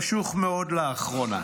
חשוך מאוד לאחרונה.